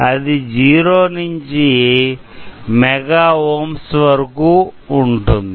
అది 0 నుంచి mega ohms వరకు ఉంటుంది